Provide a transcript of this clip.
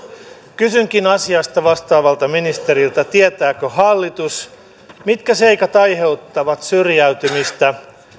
kysynkin asiasta vastaavalta ministeriltä tietääkö hallitus mitkä seikat aiheuttavat syrjäytymistä